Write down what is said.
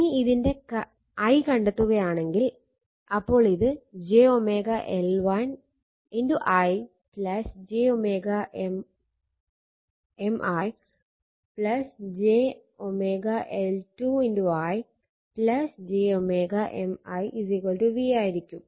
ഇനി ഇതിന്റെ i കണ്ടെത്തുകയാണെങ്കിൽ അപ്പോൾ ഇത് i j M i i j M i v ആയിരിക്കും